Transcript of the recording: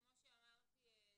כמו שאמרתי,